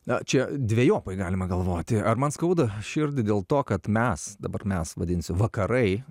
na čia dvejopai galima galvoti ar man skauda širdį dėl to kad mes dabar mes vadinsiu vakarai